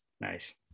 nice